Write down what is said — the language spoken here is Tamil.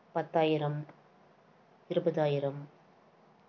பத்தாயிரம் இருபதாயிரம்